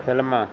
ਫਿਲਮਾਂ